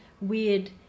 weird